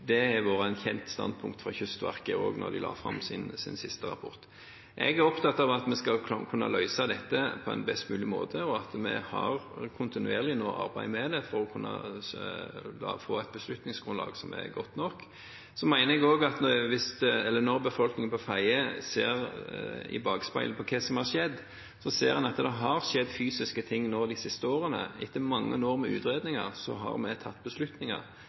det. Det har vært et kjent standpunkt fra Kystverket, også da de la fram sin siste rapport. Jeg er opptatt av at vi skal kunne løse dette på en best mulig måte. Vi har arbeidet kontinuerlig med det for å kunne få et beslutningsgrunnlag som er godt nok. Jeg mener også at når befolkningen på Fedje ser i bakspeilet på hva som har skjedd, ser en at det har skjedd fysiske ting de siste årene. Etter mange år med utredninger har vi tatt beslutninger,